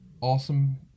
awesome